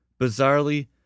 Bizarrely